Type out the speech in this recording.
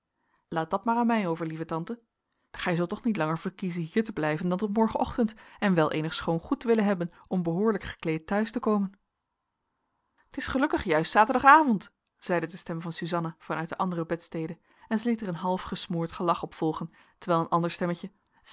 laat dat aan mij over lieve tante gij zult toch niet langer verkiezen hier te blijven dan tot morgenochtend en wel eenig schoon goed willen hebben om behoorlijk gekleed te huis te komen t is gelukkig juist zaterdagavond zeide de stem van suzanna van uit de andere bedstede en zij liet er een half gesmoord gelach op volgen terwijl een ander stemmetje